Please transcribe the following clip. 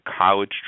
college